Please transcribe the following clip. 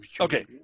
Okay